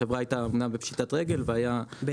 החברה הייתה אמנם בפשיטת רגל --- גל,